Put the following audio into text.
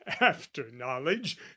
after-knowledge